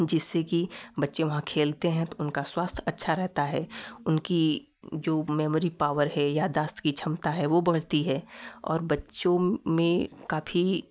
जिससे कि बच्चे वहाँ खेलते है तो उनका स्वास्थ अच्छा रहता है उनकी जो मेमोरी पावर है या यादाश्त की क्षमता है वह बढ़ती है और बच्चों मे काफ़ी